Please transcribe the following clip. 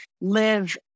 live